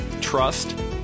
trust